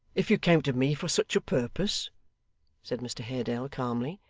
if you came to me for such a purpose said mr haredale calmly,